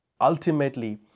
ultimately